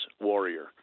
warrior